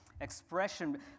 expression